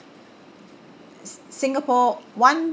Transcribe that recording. si~ singapore one